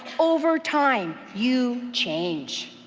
over time you change.